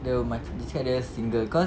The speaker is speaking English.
dia dia cakap dia single cause